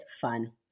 fun